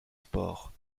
sports